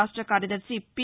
రాష్ట కార్యదర్శి పి